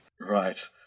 Right